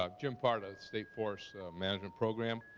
ah jim parda, state forest management program.